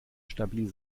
stabil